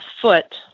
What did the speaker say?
foot